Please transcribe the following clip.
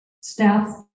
staff